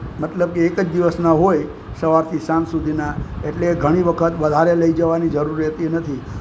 મતલબ કે એક જ દિવસના હોય સવારથી સાંજ સુધીના એટલે ઘણી વખત વધારે લઈ જવાની જરૂર રહેતી નથી